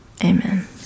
amen